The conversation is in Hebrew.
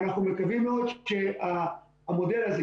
ואנחנו מקווים מאוד שהמודל הזה,